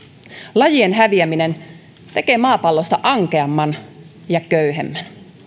lajien häviäminen tekee maapallosta ankeamman ja köyhemmän